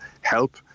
help